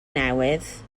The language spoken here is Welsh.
newydd